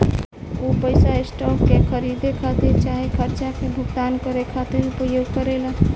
उ पइसा स्टॉक के खरीदे खातिर चाहे खर्चा के भुगतान करे खातिर उपयोग करेला